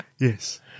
Yes